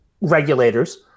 regulators